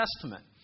Testament